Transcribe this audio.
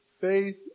faith